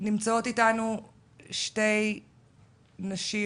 נמצאות איתנו שתי נשים,